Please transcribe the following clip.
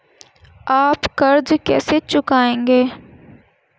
आप कर्ज कैसे चुकाएंगे?